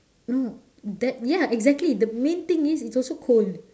no that ya exactly the main thing is it's also cold